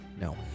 No